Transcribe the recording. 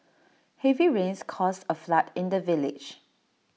heavy rains caused A flood in the village